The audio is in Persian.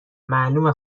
معلومه